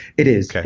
it is.